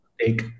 take